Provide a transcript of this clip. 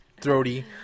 throaty